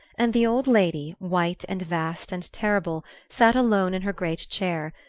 and the old lady, white and vast and terrible, sat alone in her great chair,